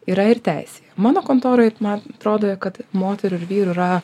yra ir teisėj mano kontoroj man atrodo kad moterų ir vyrų yra